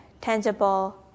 tangible